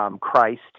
Christ